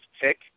pick